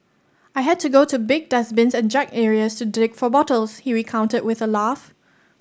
I had to go to big dustbins and junk areas to dig for bottles he recounted with a laugh